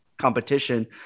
competition